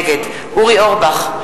נגד אורי אורבך,